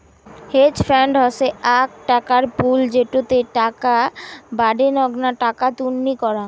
hedge fund হসে আক টাকার পুল যেটোতে টাকা বাডেনগ্না টাকা তন্নি করাং